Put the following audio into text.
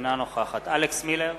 אינה נוכחת אלכס מילר,